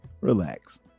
relax